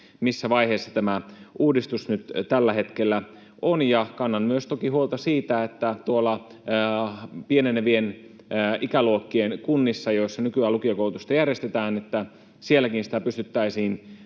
missä vaiheessa tämä uudistus nyt tällä hetkellä on. Kannan toki myös huolta siitä, että tuolla pienenevien ikäluokkien kunnissakin, joissa nykyään lukiokoulutusta järjestetään, sitä pystyttäisiin